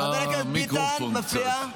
חבר הכנסת ביטן, זה מפריע.